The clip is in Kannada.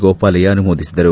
ಗೋಪಾಲಯ್ಯ ಅನುಮೋದಿಸಿದರು